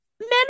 men